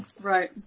Right